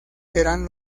serán